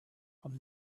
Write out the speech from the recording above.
from